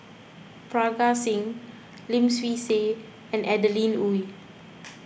Parga Singh Lim Swee Say and Adeline Ooi